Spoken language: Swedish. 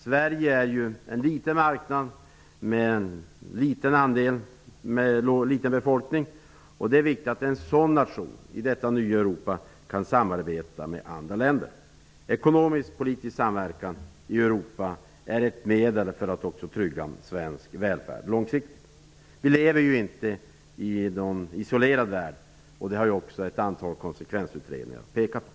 Sverige är ju en liten marknad med en liten befolkning, och det är viktigt att en sådan nation kan samarbeta med andra länder i detta nya Europa. Ekonomisk-politisk samverkan i Europa är ett medel för att också trygga svensk välfärd långsiktigt. Vi lever ju inte i någon isolerad värld -- det har också ett antal konsekvensutredningar pekat på.